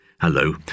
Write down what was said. Hello